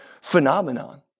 phenomenon